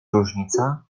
różnica